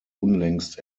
unlängst